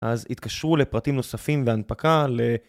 אז התקשרו לפרטים נוספים והנפקה ל...